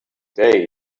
day